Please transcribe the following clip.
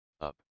up